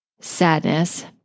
sadness